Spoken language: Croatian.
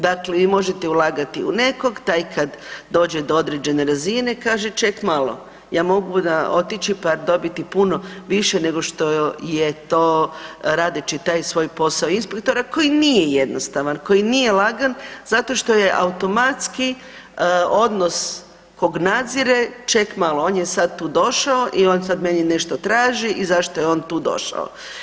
Dakle, vi možete ulagati u nekog, taj kad dođe do određene razine kaže ček malo, ja mogu otići pa dobiti puno više nego što je to radeći taj svoj posao inspektora koji nije jednostavan, koji nije lagan zato što je automatski odnos kog nadzire, ček malo on je sad tu došao i on meni sad nešto traži i zašto je on tu došao.